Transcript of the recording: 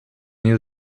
new